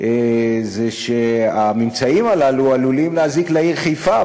הוא שהממצאים הללו עלולים להזיק לעיר חיפה,